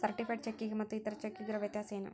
Certified ಚೆಕ್ಕಿಗೆ ಮತ್ತ್ ಇತರೆ ಚೆಕ್ಕಿಗಿರೊ ವ್ಯತ್ಯಸೇನು?